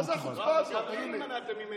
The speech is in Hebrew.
אני סגרתי משהו?